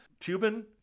Cuban